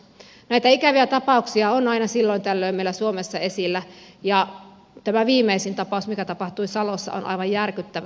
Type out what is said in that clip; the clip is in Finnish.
näitä ikäviä tapauksia on aina silloin tällöin meillä suomessa esillä ja tämä viimeisin tapaus mikä tapahtui salossa on aivan järkyttävä